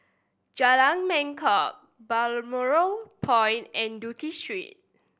Jalan Mangkok Balmoral Point and Duke Street